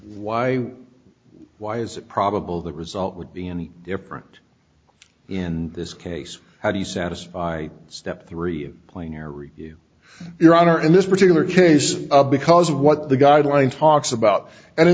why why is it probable the result would be any different in this case how do you satisfy step three playing your review your honor in this particular case because what the guidelines talks about and in